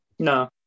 No